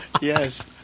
Yes